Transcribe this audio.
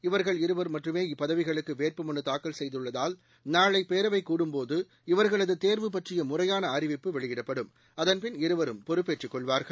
இவர்கள் இருவர் மட்டுமே இப்பதவிகளுக்கு வேட்புமனுத்தாக்கல் செய்துள்ளதால் நாளை பேரவை கூடும்போது இவர்களது தேர்வு பற்றிய முறையான அறிவிப்பு வெளியிடப்படும்அதன்பின் இருவரும் பொறுப்பேற்றுக் கொள்வார்கள்